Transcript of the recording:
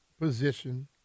position